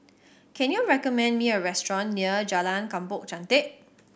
can you recommend me a restaurant near Jalan Kampong Chantek